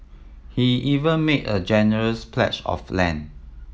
he even made a generous pledge of land